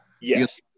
Yes